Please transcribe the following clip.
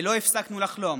ולא הפסקנו לחלום.